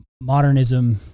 modernism